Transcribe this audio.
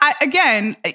again